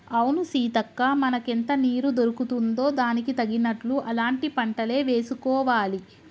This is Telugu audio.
అవును సీతక్క మనకెంత నీరు దొరుకుతుందో దానికి తగినట్లు అలాంటి పంటలే వేసుకోవాలి